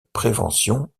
prévention